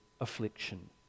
affliction